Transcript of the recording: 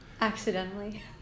Accidentally